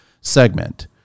segment